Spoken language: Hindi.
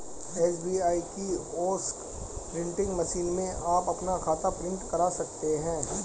एस.बी.आई किओस्क प्रिंटिंग मशीन में आप अपना खाता प्रिंट करा सकते हैं